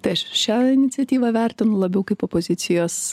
tai aš šią iniciatyvą vertinu labiau kaip opozicijos